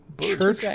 church